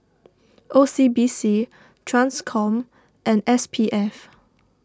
O C B C Transcom and S P F